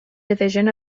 division